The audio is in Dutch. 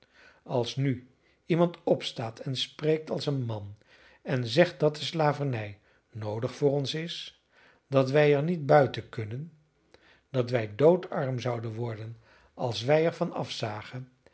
als nu iemand opstaat en spreekt als een man en zegt dat de slavernij noodig voor ons is dat wij er niet buiten kunnen dat wij doodarm zouden worden als wij er van afzagen